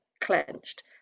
clenched